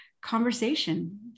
conversation